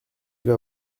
vas